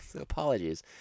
apologies